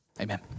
amen